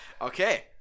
Okay